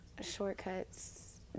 shortcuts